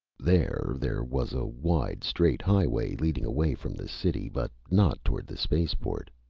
there there was a wide straight highway leading away from the city but not toward the spaceport.